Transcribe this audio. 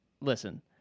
listen –